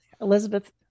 elizabeth